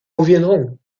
reviendrons